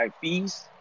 fees